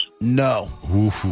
No